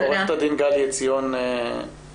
עורכת הדין גלי עציון מנעמת,